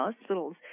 hospitals